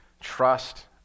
trust